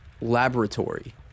laboratory